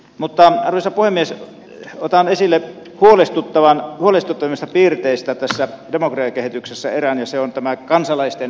mutta arvoisa puhemies otan esille huolestuttavimmista piirteistä tässä demokratiakehityksessä erään ja se on tämä kansalaisten eriarvoistuminen